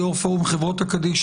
יו"ר פורום חברות הקדישא,